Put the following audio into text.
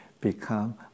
become